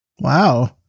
Wow